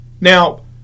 Now